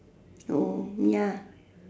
oh ya